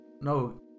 No